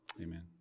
Amen